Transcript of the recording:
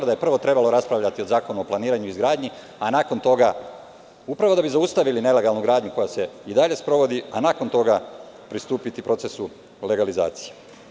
Prvo je trebalo raspravljati o Zakonu o planiranju i izgradnji, a nakon toga, upravo da bi zaustavili nelegalnu gradnju koja se i dalje sprovodi, pristupiti procesu legalizacije.